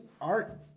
art